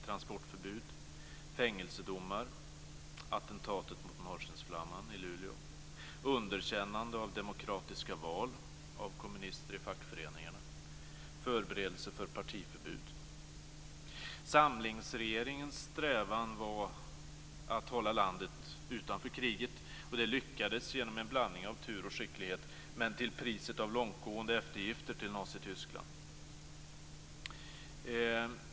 Transportförbud utfärdades. Fängelsedomar avkunnades. Norrskensflamman i Luleå utsattes för attentat. Man underkände demokratiska val av kommunister i fackföreningarna, och man förberedde ett partiförbud. Samlingsregeringens strävan var att hålla landet utanför kriget, och det lyckades genom en blandning av tur och skicklighet, men till priset av långtgående eftergifter till Nazityskland.